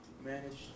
manage